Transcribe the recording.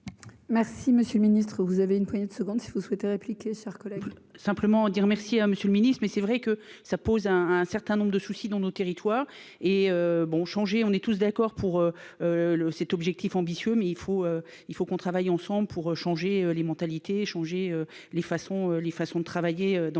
Merci, Monsieur le Ministre, vous avez une poignée de secondes, si vous souhaitez répliqué chers collègues.